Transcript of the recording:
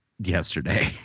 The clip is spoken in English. yesterday